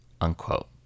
unquote